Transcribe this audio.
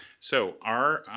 so our,